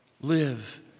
live